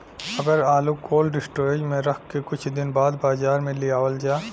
अगर आलू cold storage में रख के कुछ दिन बाद बाजार में लियावल जा?